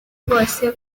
rwose